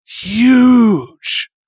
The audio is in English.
huge